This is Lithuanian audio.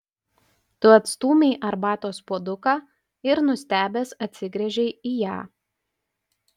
tu atstūmei arbatos puoduką ir nustebęs atsigręžei į ją